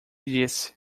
disse